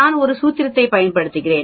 நான் இந்த பகுதியை அறிய விரும்புகிறேன்